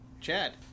Chad